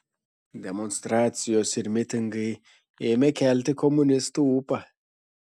demonstracijos ir mitingai ėmė kelti komunistų ūpą